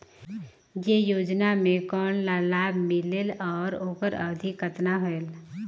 ये योजना मे कोन ला लाभ मिलेल और ओकर अवधी कतना होएल